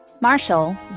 Marshall